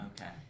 Okay